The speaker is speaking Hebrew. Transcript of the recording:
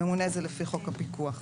הממונה זה לפי חוק הפיקוח.